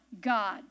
God